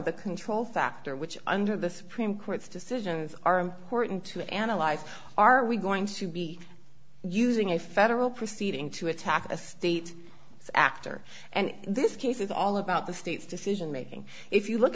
the control factor which under the supreme court's decisions are important to analyze are we going to be using a federal proceeding to attack a state actor and this case is all about the state's decision making if you look